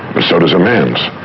so does a man's.